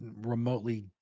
remotely